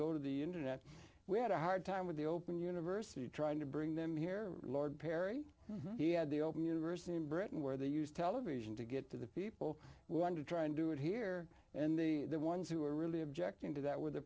to the internet we had a hard time with the open university trying to bring them here lord perry he had the open university in britain where they use television to get to the people who want to try and do it here and the ones who were really objecting to that were the